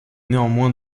néanmoins